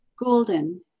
Golden